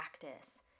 practice